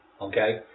Okay